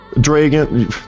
dragon